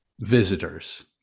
visitors